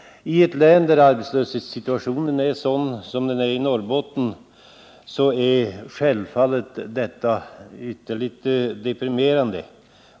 I ett län där arbetslöshetssituationen är sådan som den är i Norrbotten är självfallet detta ytterligt deprimerande.